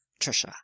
Trisha